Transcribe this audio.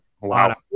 Wow